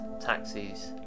taxis